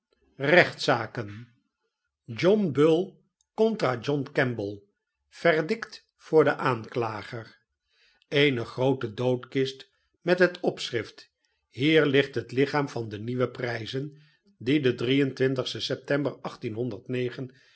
bechtzaken john bull contra john kemble verdict voor den aanklager eene groote doodkist met het opschrift hier ligt het lichaam van nieuwe prijzen die den sten september